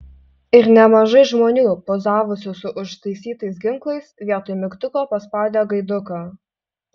ir nemažai žmonių pozavusių su užtaisytais ginklais vietoj mygtuko paspaudė gaiduką